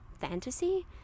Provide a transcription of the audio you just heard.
fantasy